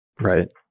Right